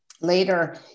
Later